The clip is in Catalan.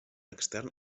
extern